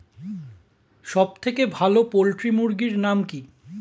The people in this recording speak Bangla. সবথেকে ভালো পোল্ট্রি মুরগির নাম কি?